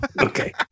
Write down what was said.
okay